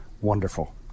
wonderful